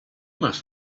must